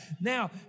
Now